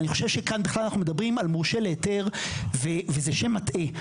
אני חושב שכאן עכשיו בכלל אנחנו מדברים על מורשה להיתר וזה שם מטעה.